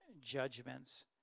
Judgments